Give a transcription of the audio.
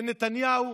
של נתניהו,